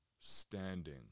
standing